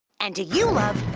and do you love